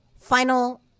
final